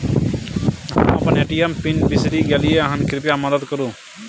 हम अपन ATM PIN बिसरि गलियै हन, कृपया मदद करु